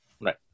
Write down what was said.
Right